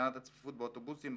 הקטנת הצפיפות באוטובוסים,